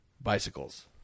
bicycles